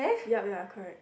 yup ya correct